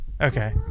Okay